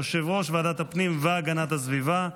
יושב-ראש ועדת הפנים והגנת הסביבה,